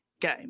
game